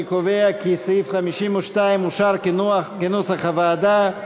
אני קובע כי סעיף 52 אושר כנוסח הוועדה.